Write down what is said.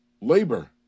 labor